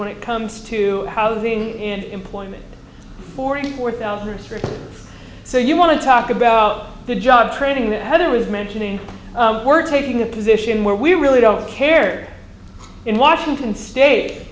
when it comes to housing and employment forty four thousand are straight so you want to talk about the job training that heather was mentioning we're taking a position where we really don't care in washington state